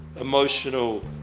emotional